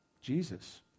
Jesus